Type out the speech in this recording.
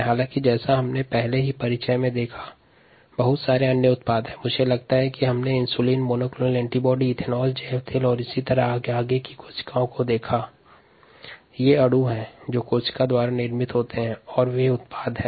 स्वयं कोशिका और कोशिका से निर्मित अणु या पदार्थ बायोरिएक्टर से प्राप्त दो प्रमुख उत्पाद हैं